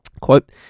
Quote